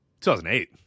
2008